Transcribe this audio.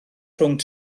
rhwng